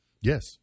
Yes